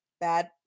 bad